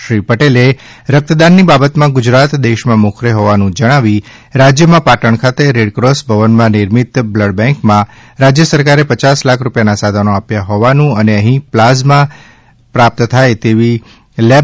શ્રી પટેલે રક્તદાનની બાબતમાં ગુજરાત દેશમાં મોખરે હોવાનું જણાવી રાજ્યમાં પાટણ ખાતે રેડક્રોસ ભવનમાં નિર્મિત બ્લડબેન્કમાં રાજ્ય સરકારે પચાસ લાખ રૂપિયાના સાધનો આપ્યા હોવાનુ અને અહીં પ્લાઝમાં પ્રાપ્ત થાય તેવી લેબ